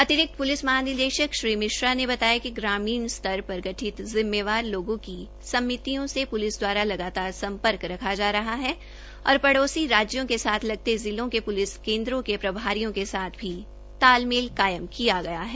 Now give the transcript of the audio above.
अतिरिक्त प्लिस महानिदेशक श्री मिश्रा ने बताया कि ग्रामीण स्तर पर गठित जिम्मेदार लोगों की समितियों से प्लिस द्वारा लगातार सम्पर्क रखा रहा है और पड़ोसी राज्यों के साथ लगते जिलों के प्लिस केन्द्रो के प्रभारियों के साथ भी तालमेल कायम किया गया है